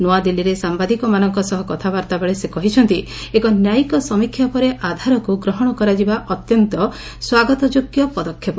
ନୂଆଦିଲ୍ଲୀରେ ସାମ୍ଭାଦିକମାନଙ୍କ ସହ କଥାବାର୍ତ୍ତାବେଳେ ସେ କହିଛନ୍ତି ଏକ ନ୍ୟାୟିକ ସମୀକ୍ଷା ପରେ ଆଧାରକୁ ଗ୍ରହଣ କରାଯିବା ଅତ୍ୟନ୍ତ ସ୍ୱାଗତଯୋଗ୍ୟ ପଦକ୍ଷେପ